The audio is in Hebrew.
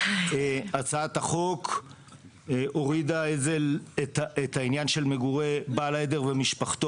הצעת החוק הורידה את העניין של מגורי בעל העדר ומשפחתו